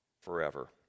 forever